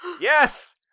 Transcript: Yes